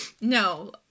No